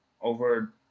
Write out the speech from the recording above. over